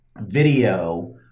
video